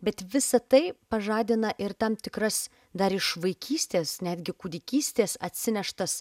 bet visa tai pažadina ir tam tikras dar iš vaikystės netgi kūdikystės atsineštas